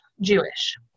Jewish